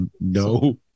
no